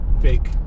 fake